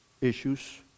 issues